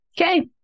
okay